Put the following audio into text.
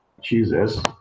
Jesus